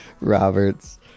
Roberts